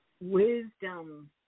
wisdom